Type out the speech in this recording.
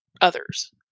others